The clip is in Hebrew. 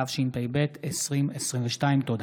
התשפ"ב 2022. תודה.